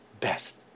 best